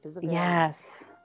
yes